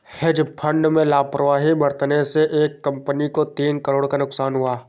hedge fund में लापरवाही बरतने से एक कंपनी को तीन करोड़ का नुकसान हुआ